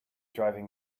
driving